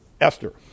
Esther